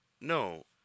No